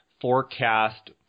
forecast